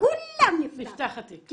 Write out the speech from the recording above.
לכולם נפתח התיק.